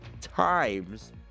times